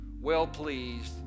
well-pleased